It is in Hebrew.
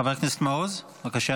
חבר הכנסת מעוז, בבקשה,